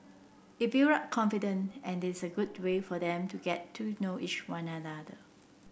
it build up confident and is a good way for them to get to know is on other